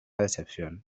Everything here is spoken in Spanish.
decepción